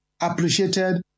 appreciated